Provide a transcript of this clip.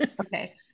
Okay